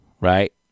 right